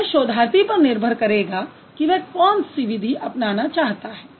यह शोधार्थी पर निर्भर करेगा कि वह कौन सी विधि अपनाना चाहता है